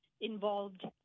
involved